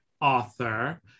author